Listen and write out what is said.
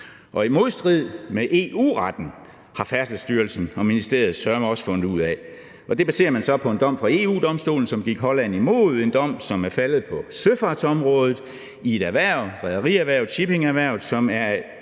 i modstrid med EU-retten, har Færdselsstyrelsen og ministeriet søreme også fundet ud af. Det baserer man på en dom fra EU-Domstolen, som gik Holland imod – en dom, som er faldet på søfartsområdet i et erhverv, rederierhvervet eller shippingerhvervet,